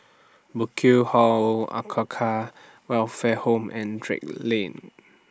Burkill Hall Welfare Home and Drake Lane